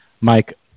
Mike